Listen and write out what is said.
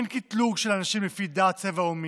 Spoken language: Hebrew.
אין קטלוג של אנשים לפי דת, צבע או מין.